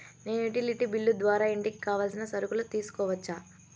నేను utility bill ద్వారా ఇంటికి కావాల్సిన సరుకులు తీసుకోవచ్చా?